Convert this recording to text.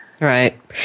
Right